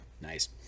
Nice